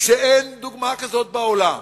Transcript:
כשאין דוגמה כזו בעולם?